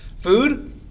Food